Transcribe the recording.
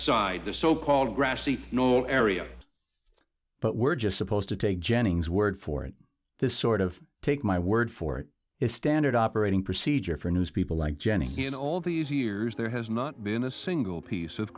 side the so called grassy knoll area but we're just supposed to take jenning's word for it this sort of take my word for it is standard operating procedure for news people like jenny in all these years there has not been a single piece of